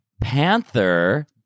Panther